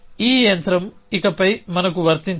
ఈ యంత్రం ఇకపై మనకు వర్తించదు